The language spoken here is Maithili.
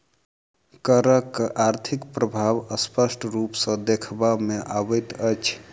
करक आर्थिक प्रभाव स्पष्ट रूप सॅ देखबा मे अबैत अछि